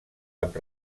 amb